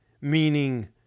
Meaning